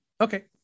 Okay